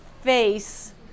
face